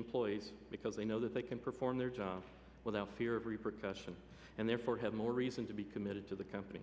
employees because they know that they can perform their job without fear of repercussion and there or have more reason to be committed to the company